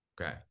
okay